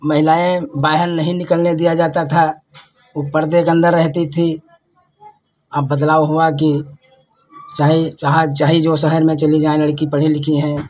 महिलाएँ बाहर नहीं निकलने दिया जाता था वह पर्दे के अन्दर रहती थीं अब बदलाव हुआ कि चाहे जहाँ चाहे जो शहर में चली जाएँ लड़की पढ़ी लिखी है